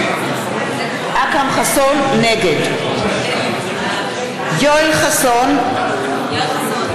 נגד יואל חסון,